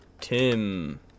Tim